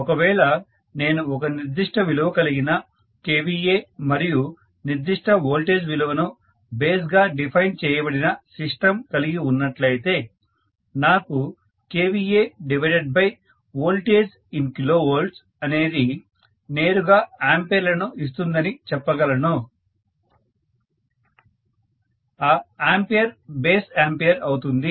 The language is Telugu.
ఒకవేళ నేను ఒక నిర్దిష్ట విలువ కలిగిన kVA మరియు నిర్దిష్ట వోల్టేజ్ విలువ ను బేస్ గా డిఫైన్ చేయబడిన సిస్టం కలిగి ఉన్నట్లయితే నాకు kVAVoltage అనేది నేరుగా ఆంపియర్ లను ఇస్తుందని చెప్పగలను ఆ ఆంపియర్ బేస్ ఆంపియర్ అవుతుంది